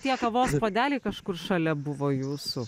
tie kavos puodeliai kažkur šalia buvo jūsų